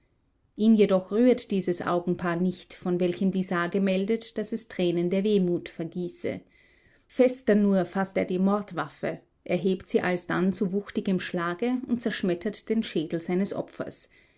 ihn jedoch rührt dieses augenpaar nicht von welchem die sage meldet daß es tränen der wehmut vergieße fester nur faßt er die mordwaffe erhebt sie alsdann zu wuchtigem schlage und zerschmettert den schädel seines opfers